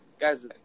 Guys